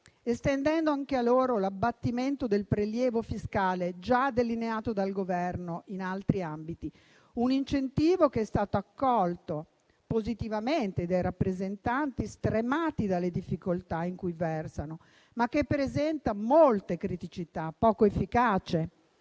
estendendo anche a loro l'abbattimento del prelievo fiscale già delineato dal Governo in altri ambiti. Tale incentivo è stato accolto positivamente dai rappresentanti della categoria, stremati dalle difficoltà in cui versano, ma che presenta molte criticità: è poco efficace,